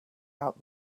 out